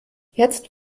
jetzt